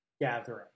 gathering